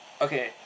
okay